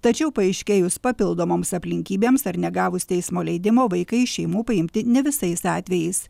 tačiau paaiškėjus papildomoms aplinkybėms ar negavus teismo leidimo vaikai iš šeimų paimti ne visais atvejais